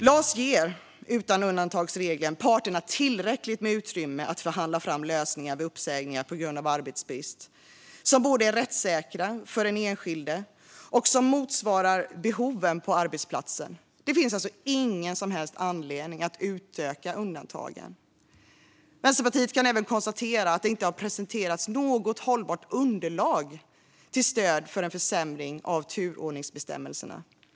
LAS ger, utan undantagsregeln, parterna tillräckligt utrymme att förhandla fram lösningar vid uppsägningar på grund av arbetsbrist som både är rättssäkra för den enskilde och motsvarar behoven på arbetsplatsen. Det finns alltså ingen som helst anledning att utöka undantagen. Vänsterpartiet kan även konstatera att det inte har presenterats något hållbart underlag till stöd för en försämring av turordningsbestämmelserna.